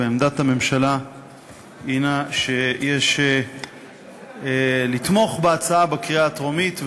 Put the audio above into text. ועמדת הממשלה היא שיש לתמוך בהצעה בקריאה הטרומית,